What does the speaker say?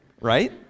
right